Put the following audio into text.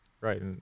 right